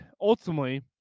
ultimately